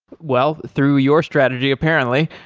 well, through your strategy apparently.